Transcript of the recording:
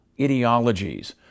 ideologies